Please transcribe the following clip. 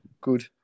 good